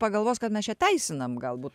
pagalvos kad mes čia teisinam galbūt